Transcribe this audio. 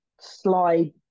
slide